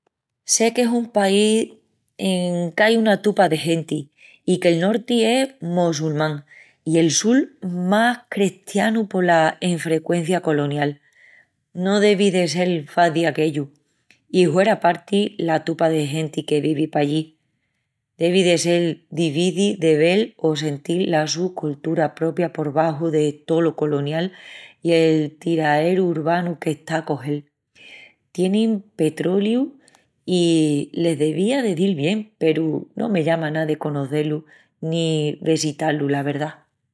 Sé qu’es un país en qu’ai una tupa de genti i que’l norti es mossulmán i el sul más crestianu pola enfruencia colonial. No devi de sel faci aquellu. I hueraparti la tupa de genti que vivi pallí. Devi de sel difici de vel o sentil la su coltura propia por baxu de tolo colonial i el tiraeru urbanu qu'está a cogel. Tienin petroliu i les devía de dil bien peru no me llama ná de concoé-lu ni vesitá-lu, la verdá.